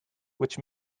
which